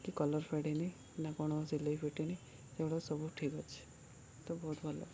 କି କଲର୍ ଫେଡ଼୍ନି ନା କ'ଣ ସିଲେଇ ଫିଟିନି ସେଗୁଡ଼ା ସବୁ ଠିକ୍ ଅଛି ତ ବହୁତ ଭଲ